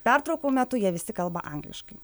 pertraukų metu jie visi kalba angliškai